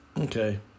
Okay